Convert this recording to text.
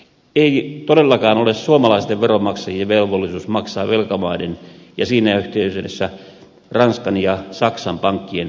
ei todellakaan ole suomalaisten veronmaksajien velvollisuus maksaa velkamaiden ja siinä yhteydessä ranskan ja saksan pankkien pääomittamista